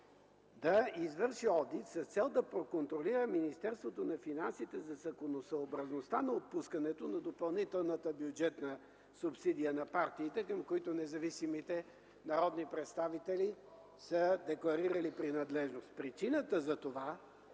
да извърши одит, с цел да проконтролира Министерството на финансите за законосъобразността на отпускането на допълнителната бюджетна субсидия на партиите, към които независимите народни представители са декларирали принадлежност. Причината за това е,